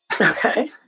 Okay